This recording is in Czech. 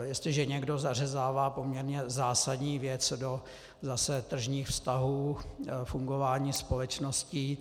Jestliže někdo zařezává poměrně zásadní věc do zase tržních vztahů fungování společností...